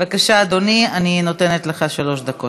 בבקשה, אדוני, אני נותנת לך שלוש דקות.